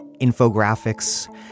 infographics